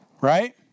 right